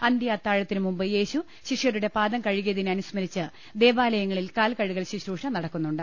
അന്ത്യ അത്താഴ ത്തിന് മുമ്പ് യേശു ശിഷ്യരുടെ പാദം കഴുകിയതിനെ അനുസ്മ രിച്ച് ദേവാലയങ്ങളിൽ കാൽകഴുകൽ ശുശ്രുഷ നടക്കുന്നുണ്ട്